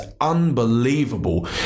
unbelievable